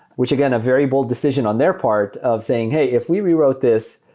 which again a very bold decision on their part of saying, hey, if we rewrote this,